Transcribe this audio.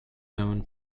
known